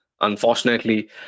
Unfortunately